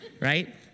Right